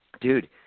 Dude